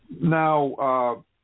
Now